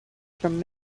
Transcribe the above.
from